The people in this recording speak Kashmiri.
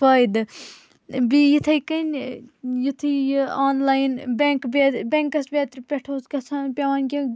فٲیدٕ بیٚیہِ یِتھٕے کٔنۍ یُتھٕے یہِ آنلاین بینک بینکس بٮ۪ترِ پیٹھ اوس گژھان پیوان کینٛہہ